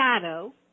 shadow